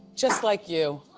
just like you.